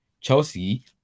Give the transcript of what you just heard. Chelsea